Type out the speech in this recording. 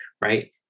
right